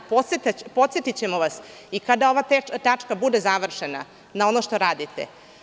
Podsetićemo vas, i kada ova tačka bude završena, na ono što radite.